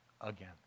again